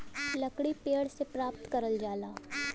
लकड़ी पेड़ से प्राप्त करल जाला